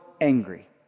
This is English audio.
angry